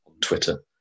Twitter